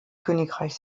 königreich